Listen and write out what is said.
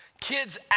Kids